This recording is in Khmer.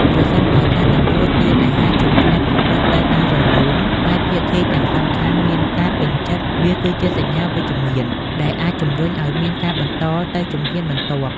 ប្រសិនបើការទទួលទានអាហារជុំគ្នាប្រព្រឹត្តទៅដោយរលូន ហើយភាគីទាំងសងខាងមានការពេញចិត្ត វាគឺជា សញ្ញាវិជ្ជមាន ដែលអាចជំរុញឱ្យមានការបន្តទៅជំហានបន្ទាប់។